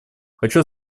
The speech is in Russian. хочу